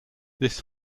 this